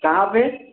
कहाँ पर